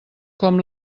com